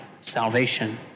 salvation